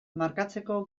markatzeko